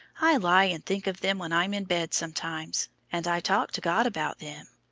i lie and think of them when i'm in bed sometimes, and i talk to god about them.